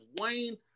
Wayne